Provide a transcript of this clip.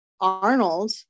Arnold